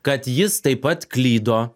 kad jis taip pat klydo